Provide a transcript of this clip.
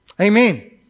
Amen